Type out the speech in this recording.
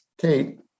Kate